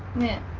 know